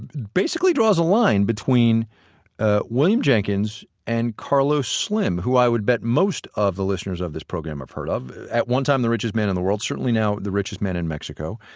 basically draws a line between ah william jenkins and carlos slim, who i would bet most of the listeners of this program have heard of, at one time the richest man in the world, certainly now the richest man in mexico.